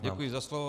Děkuji za slovo.